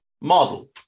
Model